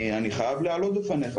אני חייב להעלות בפניך,